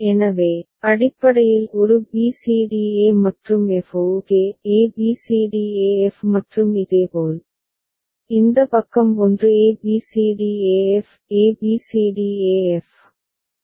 எனவே அடிப்படையில் ஒரு b c d e மற்றும் f ok a b c d e f மற்றும் இதேபோல் இந்த பக்கம் ஒன்று a b c d e f a b c d e f